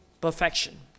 perfection